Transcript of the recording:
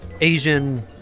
Asian